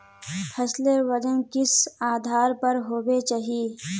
फसलेर वजन किस आधार पर होबे चही?